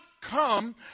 come